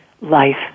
life